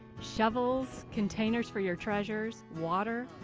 shovels, containers for your treasures, water.